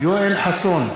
יואל חסון,